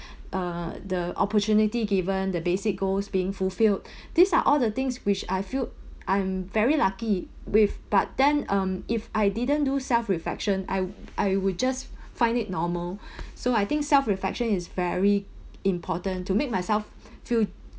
uh the opportunity given the basic goals being fulfilled these are all the things which I feel I'm very lucky with but then um if I didn't do self reflection I I would just find it normal so I think self reflection is very important to make myself feel